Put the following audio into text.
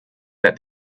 that